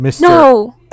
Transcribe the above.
No